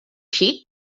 xic